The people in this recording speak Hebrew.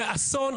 זה אסון.